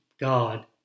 God